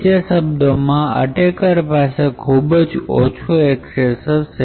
બીજા શબ્દોમાં અટેક પાસે ખૂબ જ ઓછો એક્સેસ હશે